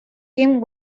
kim